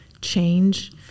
change